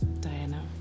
Diana